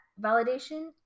validation